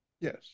Yes